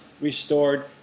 restored